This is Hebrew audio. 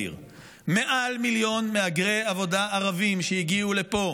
מאיר: מעל מיליון מהגרי עבודה ערבים שהגיעו לפה